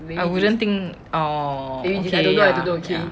I wouldn't think oh okay lah